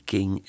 King